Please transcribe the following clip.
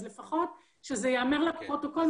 אז לפחות שזה ייאמר לפרוטוקול,